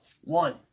one